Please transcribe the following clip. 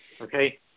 Okay